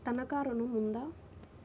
తనఖా ఋణం ఉందా?